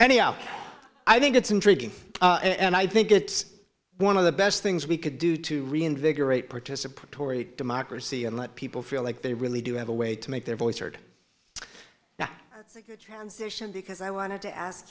know i think it's intriguing and i think it's one of the best things we could do to reinvigorate participatory democracy and let people feel like they really do have a way to make their voice heard now that's a good transition because i wanted to ask